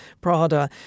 Prada